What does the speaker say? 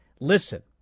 Listen